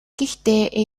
гэхдээ